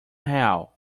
real